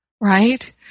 right